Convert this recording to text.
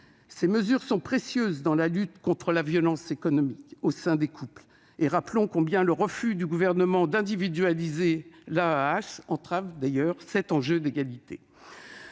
Ces mesures sont précieuses dans la lutte contre la violence économique au sein des couples ; rappelons combien le refus du Gouvernement d'individualiser l'allocation aux adultes